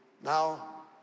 Now